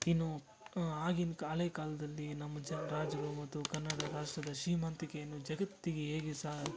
ಇನ್ನೂ ಆಗಿನ ಕ್ ಹಳೇ ಕಾಲದಲ್ಲಿ ನಮ್ಮ ಜನ ರಾಜರು ಮತ್ತು ಕನ್ನಡ ರಾಷ್ಟ್ರದ ಶ್ರೀಮಂತಿಕೆಯನ್ನು ಜಗತ್ತಿಗೆ ಹೇಗೆ ಸಾ